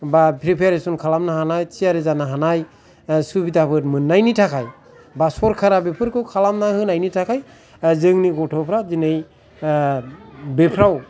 बा फ्रिफारेसन खालामनो हानाय थियारि जानो हानाय सुबिदाफोर मोनायनि थाखाय बा सरखारा बेफोरखाै खालामना होनायनि थाखाय जोंनि गथ'फ्रा दिनै बेफ्राव